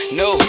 no